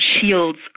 shields